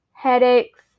headaches